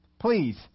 Please